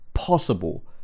Possible